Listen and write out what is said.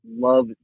love